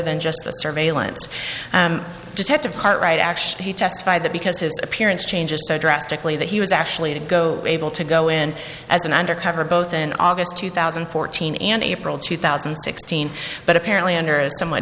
than just the surveillance detective hart right actually he testified that because his appearance changes so drastically that he was actually to go able to go in as an under cover both in august two thousand and fourteen and april two thousand and sixteen but apparently under a somewhat